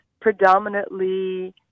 predominantly